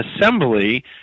assembly